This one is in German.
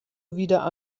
wieder